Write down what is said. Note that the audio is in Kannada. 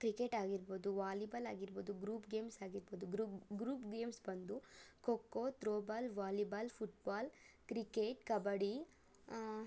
ಕ್ರಿಕೆಟ್ ಆಗಿರ್ಬೋದು ವಾಲಿಬಾಲ್ ಆಗಿರ್ಬೋದು ಗ್ರೂಪ್ ಗೇಮ್ಸ್ ಆಗಿರ್ಬೋದು ಗ್ರೂಪ್ ಗ್ರೂಪ್ ಗೇಮ್ಸ್ ಬಂದು kho kho throwball volleyball football cricket kabaddi